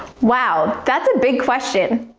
wow, that's a big question!